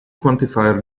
quantify